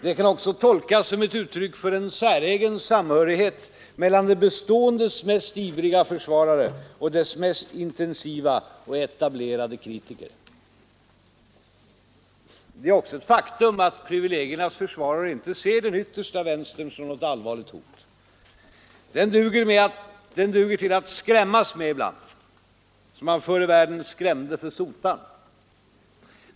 Det kan också tolkas som uttryck för en säregen samhörighet mellan det beståendes mest ivriga försvarare och dess mest intensiva och etablerade kritiker. Det är också ett faktum att privilegiernas försvarare inte ser den yttersta vänstern som något allvarligt hot. Den duger till att skrämmas med ibland, som man förr i världen skrämde för sotaren.